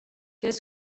qu’est